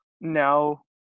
now